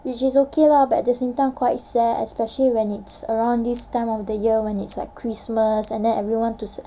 which is okay lah but at the same time quite sad especially when it's around this time of the year when it's like christmas and then everyone to